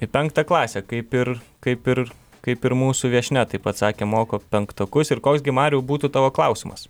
į penktą klasę kaip ir kaip ir kaip ir mūsų viešnia taip pat sakė moko penktokus ir koks gi mariau būtų tavo klausimas